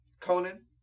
Conan